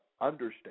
understand